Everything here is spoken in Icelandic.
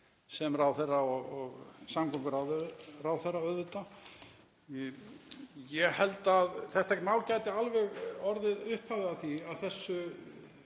sem ráðherra, sem samgönguráðherra auðvitað. Ég held að þetta mál gæti alveg orðið upphafið að því að þetta